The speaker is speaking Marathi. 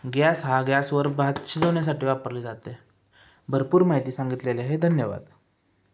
गॅस हा गॅसवर भात शिजवण्यासाठी वापरलं जात आहे भरपूर माहिती सांगितले हे धन्यवाद